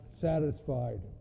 satisfied